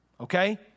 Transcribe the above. Okay